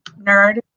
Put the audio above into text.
nerd